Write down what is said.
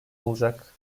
olacak